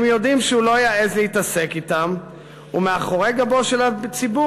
הם יודעים שהוא לא יעז להתעסק אתם ומאחורי גבו של הציבור